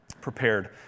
prepared